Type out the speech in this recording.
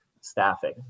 staffing